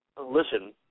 listen